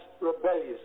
rebellious